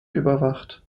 überwacht